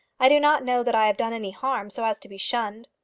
i do not know that i have done any harm, so as to be shunned.